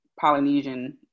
Polynesian